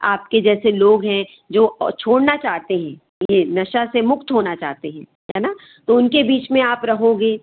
आपके जैसे लोग हैं जो छोड़ना चाहते हैं यह नशे से मुक्त होना चाहते हैं है ना तो उनके बीच आप रहोगे